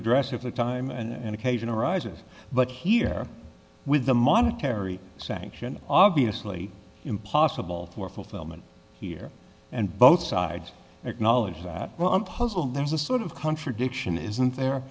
address if the time and occasion arises but here with the monetary sanction obviously impossible for fulfillment here and both sides acknowledge that well i'm puzzled there's a sort of contradiction isn't there